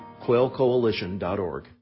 quailcoalition.org